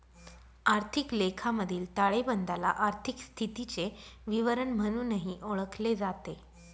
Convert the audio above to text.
आर्थिक लेखामधील ताळेबंदाला आर्थिक स्थितीचे विवरण म्हणूनही ओळखले जाते